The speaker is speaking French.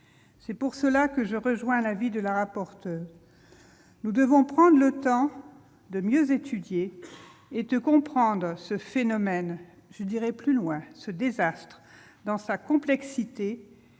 C'est pour cette raison que je rejoins l'avis de Mme le rapporteur : nous devons prendre le temps de mieux étudier et de comprendre ce phénomène- j'irai plus loin, ce désastre -dans toute sa complexité,